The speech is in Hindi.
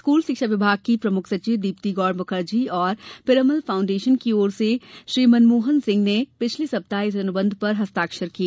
स्कूल शिक्षा विभाग की प्रमुख सचिव दीप्ति गौड़ मुखर्जी और पिरामल फाउंडेशन की ओर से श्री मनमोहन सिंह ने पिछले सप्ताह इस अनुबंध पर हस्ताक्षर किए